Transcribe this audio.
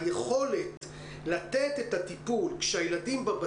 היכולת לתת את הטיפול כשהילדים של החינוך